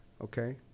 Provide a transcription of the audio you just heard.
Okay